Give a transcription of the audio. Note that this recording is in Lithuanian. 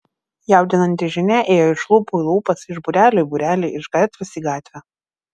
jaudinanti žinia ėjo iš lūpų į lūpas iš būrelio į būrelį iš gatvės į gatvę